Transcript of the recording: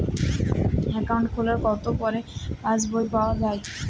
Account খোলার কতো পরে পাস বই পাওয়া য়ায়?